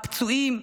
הפצועים,